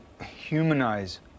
humanize